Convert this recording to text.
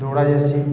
ଦୌଡ଼ା ଯାସି